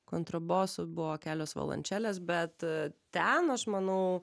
kontrabosų buvo kelios violončelės bet ten aš manau